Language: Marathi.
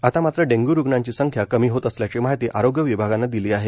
आता मात्र डेंग्यू रुग्णांची संख्या कमी होत असल्याची माहिती आरोग्य विभागानं दिली आहे